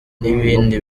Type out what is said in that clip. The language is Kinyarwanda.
n’ibindi